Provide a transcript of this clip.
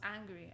angry